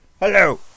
Hello